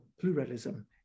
pluralism